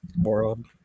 world